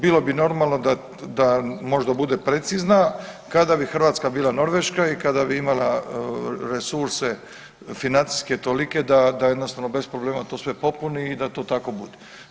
Bilo bi normalno da možda bude precizna kada bi Hrvatska bila Norveška i kada bi imala resurse financijske tolike da jednostavno bez problema to sve popuni i da to tako bude.